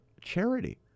charity